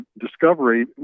discovery